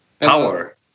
power